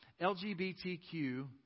LGBTQ